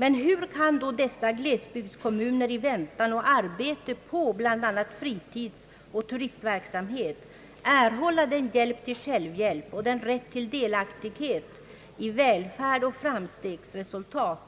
Men hur kan då dessa glesbygdskommuner i väntan och arbete på bl.a. fritidsoch turistverksamhet erhålla den hjälp till självhjälp och den delaktighet i välfärd och framstegsresultat